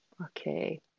okay